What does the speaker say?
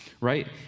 right